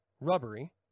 rubbery